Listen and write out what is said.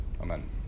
amen